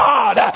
God